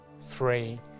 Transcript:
three